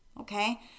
Okay